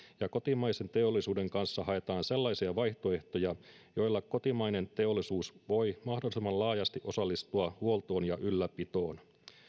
ja kotimaisen teollisuuden kanssa haetaan sellaisia vaihtoehtoja joilla kotimainen teollisuus voi mahdollisimman laajasti osallistua huoltoon ja ylläpitoon